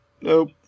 Nope